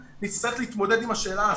נצטרך להתמודד עם השאלה הזאת.